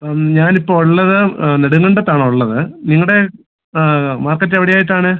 ഞാൻ ഇപ്പോൾ ഉള്ളത് നെടുങ്കണ്ടത്താണുള്ളത് നിങ്ങളുടെ മാർക്കറ്റ് എവിടെ ആയിട്ടാണ്